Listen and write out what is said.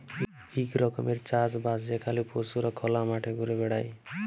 ইক রকমের চাষ বাস যেখালে পশুরা খলা মাঠে ঘুরে বেড়ায়